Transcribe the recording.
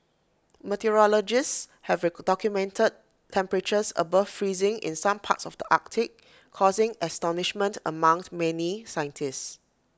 meteorologists have documented temperatures above freezing in some parts of the Arctic causing astonishment among many scientists